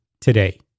today